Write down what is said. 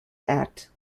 act